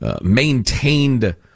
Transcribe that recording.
maintained